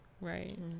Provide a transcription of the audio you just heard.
right